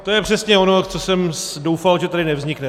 To je přesně ono, co jsem doufal, že tady nevznikne.